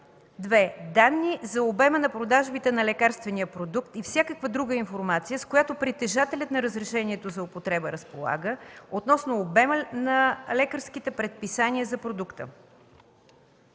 „2. данни за обема на продажбите на лекарствения продукт и всякаква друга информация, с която притежателят на разрешението за употреба разполага, относно обема на лекарските предписания за продукта;”.”